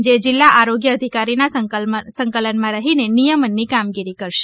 જે જીલ્લા આરોગ્ય અધિકારીના સંકલનમાં રહીને નિયમનની કામગીરી કરશે